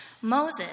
Moses